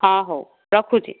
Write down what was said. ହଁ ହଉ ରଖୁଛି